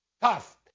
Tough